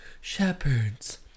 shepherds